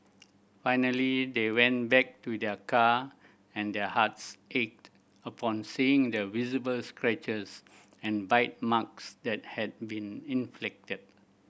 finally they went back to their car and their hearts ached upon seeing the visible scratches and bite marks that had been inflicted